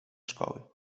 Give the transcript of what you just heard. szkoły